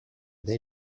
they